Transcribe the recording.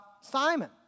Simon